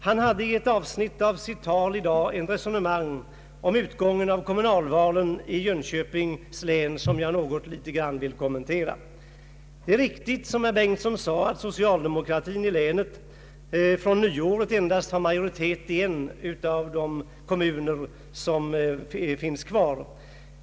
Han hade i ett avsnitt av sitt tal i dag ett resonemang om utgången av kommunalvalen i Jönköpings län som jag något vill kommentera. Det är riktigt som herr Bengtson sade att socialdemokratin i länet från nyåret endast har majoritet i en av de kommuner som finns kvar.